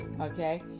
Okay